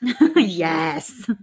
Yes